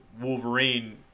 Wolverine